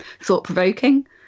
thought-provoking